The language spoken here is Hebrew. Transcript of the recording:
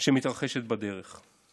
שמתרחשות בדרך.